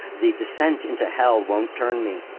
the descent into hell won't turn me.